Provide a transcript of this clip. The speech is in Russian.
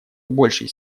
большей